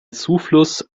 zufluss